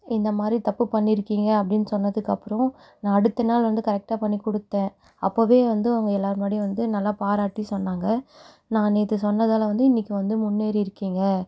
இந்த மாதிரி தப்பு பண்ணியிருக்கீங்க அப்படின் சொன்னதுக்கப்புறம் நான் அடுத்த நாள் வந்து கரெக்டாக பண்ணி கொடுத்தேன் அப்போவே வந்து அவங்க எல்லாரும் முன்னாடியும் வந்து நல்லா பாராட்டி சொன்னாங்க நான் நேற்று சொன்னதெல்லாம் வந்து இன்னிக்கு வந்து முன்னேறியிருக்கீங்க